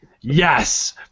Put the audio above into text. Yes